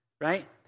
right